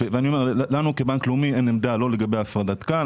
ואני אומר שלנו כבנק לאומי אין עמדה לא לגבי הפרדת כאל.